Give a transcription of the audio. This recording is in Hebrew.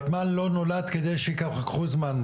ותמ"ל לא נולד על מנת שייקח לו זמן,